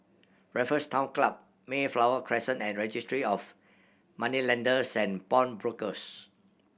Raffles Town Club Mayflower Crescent and Registry of Moneylenders and Pawnbrokers